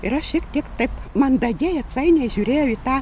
ir aš šiek tiek taip mandagiai atsainiai žiūrėjau į tą